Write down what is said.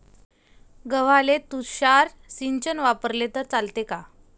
गव्हाले तुषार सिंचन वापरले तर चालते का?